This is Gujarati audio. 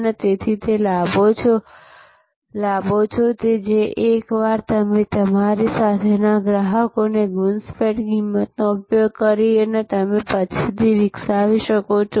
અને તેથી તે લાભો છે જે એકવાર તમે તમારી સાથેના ગ્રાહકોને ઘૂંસપેંઠ કિંમતનો ઉપયોગ કરીને તમે પછીથી વિકસાવી શકો છો